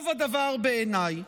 טוב הדבר בעיניי.